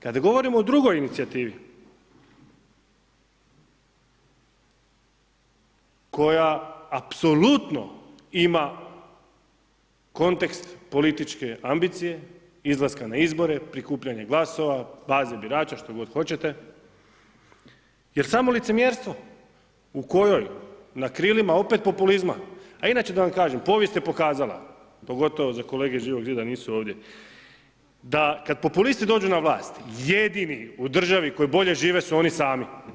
Kad govorimo o drugoj inicijativi, koja apsolutno ima kontekst političke ambicije izlaska na izbore, prikupljanje glasova, baze birača, što god hoćete jer samo licemjerstvo u kojoj na krilima opet populizma, a inače da vam kažem, povijest je pokazala, pogotovo za kolege iz Živog zida, nisu ovdje, da kad populisti dođu na vlast, jedini u državi koji bolje žive su oni sami.